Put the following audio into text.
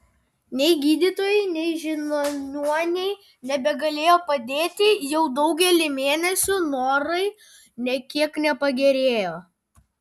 nei gydytojai nei žiniuoniai nebegalėjo padėti jau daugelį mėnesių norai nė kiek nepagerėjo